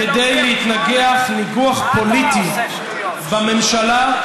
כדי להתנגח ניגוח פוליטי בממשלה,